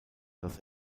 los